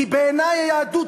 כי בעיני היהדות,